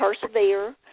persevere